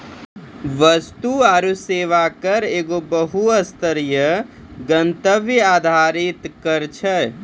वस्तु आरु सेवा कर एगो बहु स्तरीय, गंतव्य आधारित कर छै